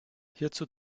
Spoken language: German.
hierzu